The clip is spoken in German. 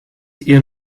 ihr